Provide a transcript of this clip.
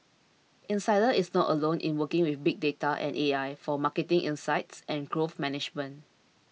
insider is not alone in working with big data and A I for marketing insights and growth management